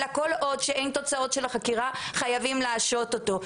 אלא כל עוד שאין תוצאות של החקירה חייבים להשעות אותו,